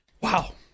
Wow